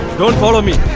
don't follow me